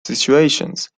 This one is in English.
situations